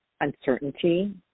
uncertainty